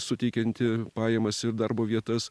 suteikianti pajamas ir darbo vietas